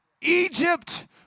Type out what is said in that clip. Egypt